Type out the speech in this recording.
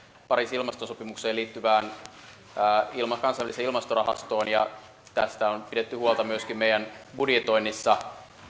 pariisin ilmastosopimukseen liittyvään kansainväliseen ilmastorahastoon ja tästä on pidetty huolta myöskin meidän budjetoinnissamme